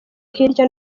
hirya